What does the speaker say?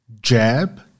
jab